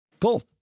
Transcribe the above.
cool